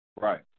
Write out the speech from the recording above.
Right